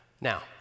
Now